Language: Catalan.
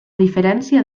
diferència